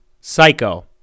Psycho